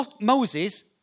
Moses